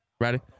Ready